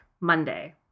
Monday